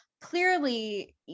Clearly